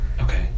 okay